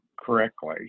correctly